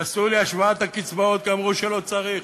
פסלו לי השוואת הקצבאות כי אמרו שלא צריך.